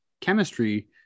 chemistry